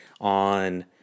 on